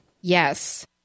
Yes